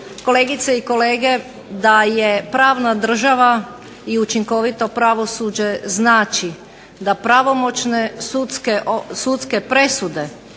kolegice i kolege da je pravna država i učinkovito pravosuđe znači da pravomoćne sudske presude